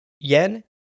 Yen